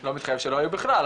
לא מתחייב שלא יהיו בכלל,